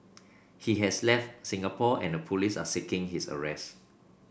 he has left Singapore and the police are seeking his arrest